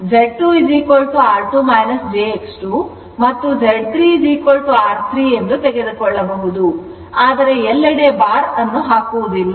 ಆದರೆ ಎಲ್ಲೆಡೆ ಬಾರ್ ಅನ್ನು ಹಾಕುವುದಿಲ್ಲ